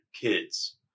kids